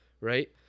right